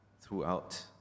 throughout